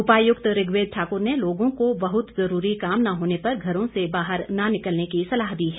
उपायुक्त ऋग्वेद ठाकुर ने लोगों को बहुत ज़रूरी काम न होने पर घरों से बाहर न निकलने की सलाह दी है